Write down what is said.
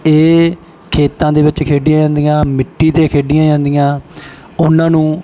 ਇਹ ਖੇਤਾਂ ਦੇ ਵਿੱਚ ਖੇਡੀਆਂ ਜਾਂਦੀਆਂ ਮਿੱਟੀ 'ਤੇ ਖੇਡੀਆਂ ਜਾਂਦੀਆਂ ਉਹਨਾਂ ਨੂੰ